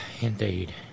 Indeed